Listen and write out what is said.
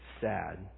sad